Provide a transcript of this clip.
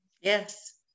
Yes